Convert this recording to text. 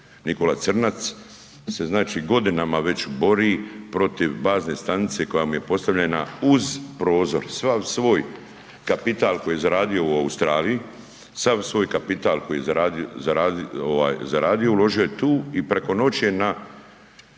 Nikola Crnac se znači godinama već bori protiv bazne stanice koja mu je postavljena uz prozor, sav svoj kapital koji je zaradio u Australiji, sav svoj kapital koji je zaradio